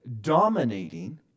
dominating